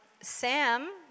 Sam